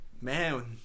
Man